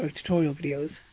ah tutorial videos.